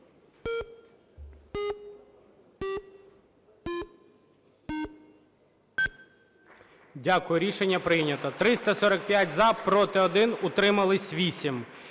Дякую. Рішення прийнято. 345 – за, проти – 1, утрималися –